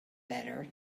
better